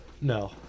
No